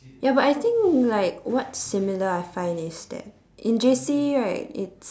ya but I think like what's similar I find is that in J_C right it's